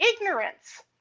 ignorance